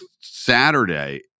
Saturday